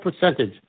percentage